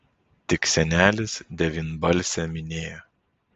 tik senelis devynbalsę minėjo